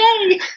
Yay